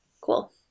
Cool